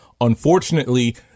unfortunately